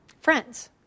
Friends